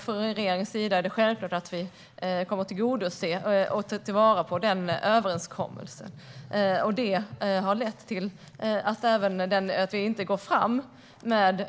För regeringen är det självklart att tillgodose och ta vara på den överenskommelsen. Det har lett till att vi inte på egen hand går fram med